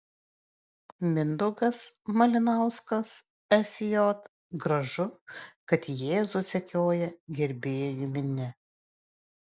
mindaugas malinauskas sj gražu kad jėzų sekioja gerbėjų minia